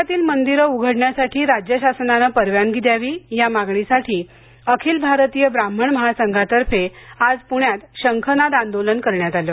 राज्यातील मंदिरे उघडण्यासाठी राज्य शासनाने परवानगी द्यावी या मागणीसाठी अखिल भारतीय व्राह्मण महासंघातर्फे आज प्ण्यात शंखनाद आंदोलन करण्यात आले